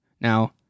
Now